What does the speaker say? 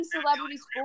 celebrities